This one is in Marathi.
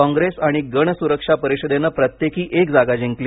कॉंग्रेस आणि गण सुरक्षा परिषदेने प्रत्येकी एक जागा जिंकली